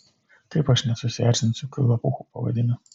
kaip aš nesusierzinsiu kai lapuchu pavadina